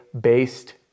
based